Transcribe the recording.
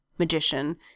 Magician